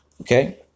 okay